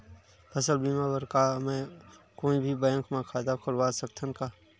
फसल बीमा बर का मैं कोई भी बैंक म खाता खोलवा सकथन का?